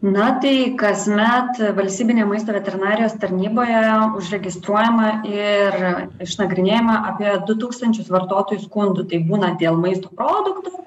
na tai kasmet valstybinė maisto veterinarijos tarnyboje užregistruojama ir išnagrinėjama apie du tūkstančius vartotojų skundų tai būna dėl maisto produktų